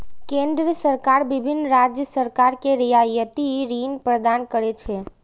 केंद्र सरकार विभिन्न राज्य सरकार कें रियायती ऋण प्रदान करै छै